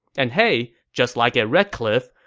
and hey, just like at red cliff,